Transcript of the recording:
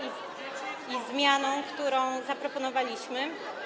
i zmianą, którą zaproponowaliśmy.